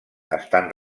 estan